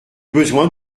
besoin